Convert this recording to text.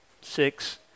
six